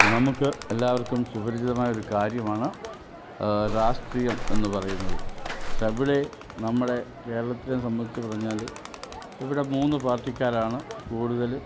നമുക്ക് എല്ലാവർക്കും സുപരിചിതമായ ഒരു കാര്യമാണ് രാഷ്ട്രീയം എന്നു പറയുന്നത് ഷ അവിടെ നമ്മുടെ കേരളത്തിലെ സംബന്ധിച്ച് പറഞ്ഞാൽ ഇവിടെ മൂന്നു പാർട്ടിക്കാരാണ് കൂടുതൽ